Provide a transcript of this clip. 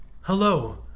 Hello